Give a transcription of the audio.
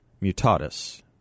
Mutatus